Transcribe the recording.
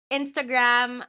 instagram